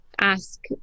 ask